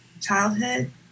childhood